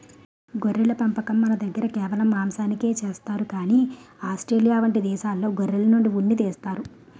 గొర్రెల పెంపకం మనదగ్గర కేవలం మాంసానికే చేస్తారు కానీ ఆస్ట్రేలియా వంటి దేశాల్లో గొర్రెల నుండి ఉన్ని తీస్తారు